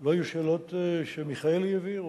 לא היו שאלות שמיכאלי העביר?